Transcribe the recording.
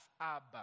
Abba